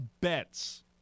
bets